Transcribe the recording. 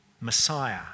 Messiah